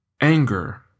anger